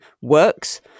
works